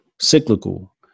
cyclical